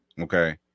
Okay